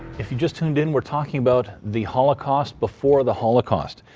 if you just turned in we're talking about the holocaust before the holocaust.